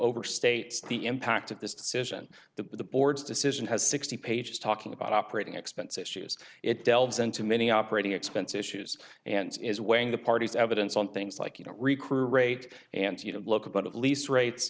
overstate the impact of this decision the board's decision has sixty pages talking about operating expense issues it delves into many operating expense issues and is weighing the party's evidence on things like you don't recruit rate and local but at least rates